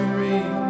read